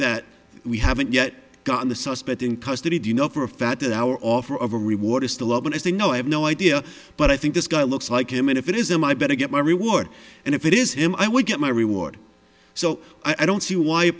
that we haven't yet got the suspect in custody do you know for a fact that our offer of a reward is still open as a no i have no idea but i think this guy looks like him and if it is him i better get my reward and if it is him i would get my reward so i don't see why